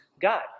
God